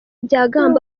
byabagamba